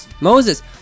Moses